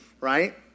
right